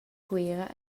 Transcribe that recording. cuera